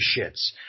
shits